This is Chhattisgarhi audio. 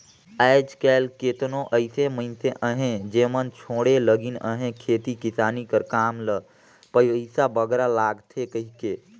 आएज काएल केतनो अइसे मइनसे अहें जेमन छोंड़े लगिन अहें खेती किसानी कर काम ल पइसा बगरा लागथे कहिके